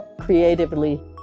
creatively